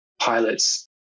pilots